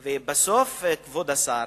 לבסוף, כבוד השר,